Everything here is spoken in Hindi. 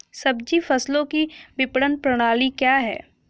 सब्जी फसलों की विपणन प्रणाली क्या है?